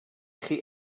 chi